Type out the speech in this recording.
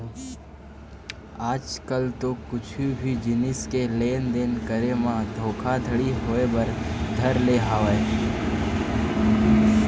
आज कल तो कुछु भी जिनिस के लेन देन करे म धोखा घड़ी होय बर धर ले हवय